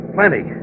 Plenty